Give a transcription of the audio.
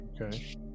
Okay